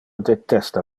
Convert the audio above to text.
detesta